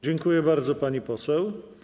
Dziękuję bardzo, pani poseł.